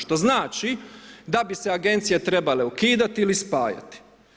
Što znači da bi se agencije trebale ukidati ili spajati.